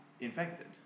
infected